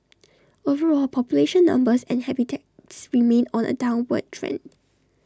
overall population numbers and habitats remain on A downward trend